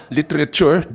literature